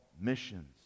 missions